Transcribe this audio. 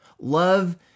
Love